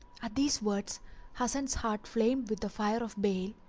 at these words hasan's heart flamed with the fire of bale,